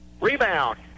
Rebound